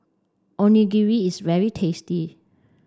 Onigiri is very tasty